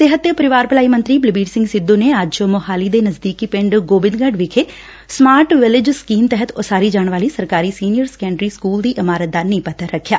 ਸਿਹਤ ਤੇ ਪਰਿਵਾਰ ਭਲਾਈ ਮੰਤਰੀ ਬਲਬੀਰ ਸਿੰਘ ਸਿੱਧੁ ਨੇ ਅੱਜ ਮੁਹਾਲੀ ਦੇ ਨਜਦੀਕੀ ਪਿੰਡ ਗੋਬਿੰਦਗੜ ਵਿਖੇ ਸਮਾਰਟ ਵਿਲੇਜ ਸਕੀਮ ਤਹਿਤ ਉਸਾਰੀ ਜਾਣ ਵਾਲੀ ਸਰਕਾਰੀ ਸੀਨੀਅਰ ਸੈਕੰਡਰੀ ਸਕੁਲ ਦੀ ਇਮਾਰਤ ਦਾ ਨੀਹ ਪੱਬਰ ਰੱਖਿਆ